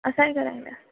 असां ई कराईंदासीं